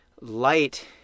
light